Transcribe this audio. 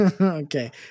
Okay